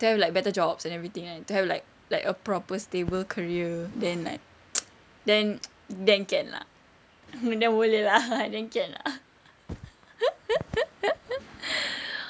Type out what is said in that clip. to have like better jobs and everything kan to have like like a proper stable career then like then then can lah then boleh lah then can lah